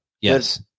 Yes